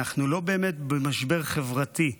אנחנו לא באמת במשבר חברתי.